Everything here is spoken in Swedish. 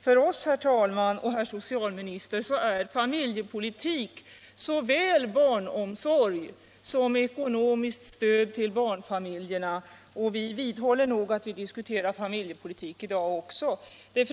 För oss, herr socialminister, är familjepolitik såväl barnomsorg som ekonomiskt stöd till barnfamiljerna. Vi anser därför att vi diskuterar familjepolitik i dag också.